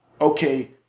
okay